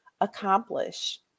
accomplish